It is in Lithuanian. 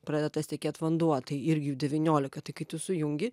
pradeda tas tekėt vanduo tai irgi devyniolika tai kai tu sujungi